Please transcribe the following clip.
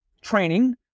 training